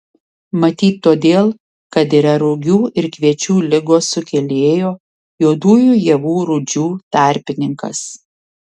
matyt todėl kad yra rugių ir kviečių ligos sukėlėjo juodųjų javų rūdžių tarpininkas